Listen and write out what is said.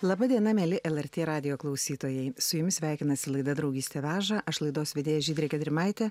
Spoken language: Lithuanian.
laba diena mieli lrt radijo klausytojai su jumis sveikinasi laida draugystė veža aš laidos vedėja žydrė gedrimaitė